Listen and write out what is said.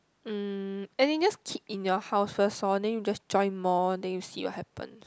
um as in just keep in your house first lor then you just join more then you see what happens